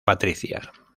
patricia